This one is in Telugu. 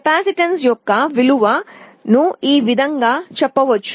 కెపాసిటెన్స్ యొక్క విలువ ను ఈ విధం గా చెప్పవచ్చు